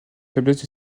faiblesses